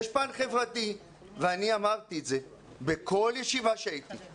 יש פן חברתי ואני אמרתי את זה בכל ישיבה בה הייתי,